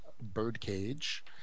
Birdcage